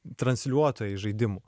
transliuotojai žaidimų